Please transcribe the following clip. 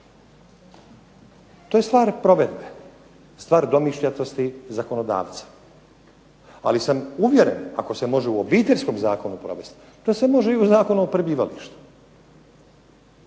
To je stvar provedbe, stvar domišljatosti zakonodavca, ali sam uvjeren, ako se može u Obiteljskom zakonu provesti, da se može i u Zakonu o prebivalištu.